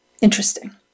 Interesting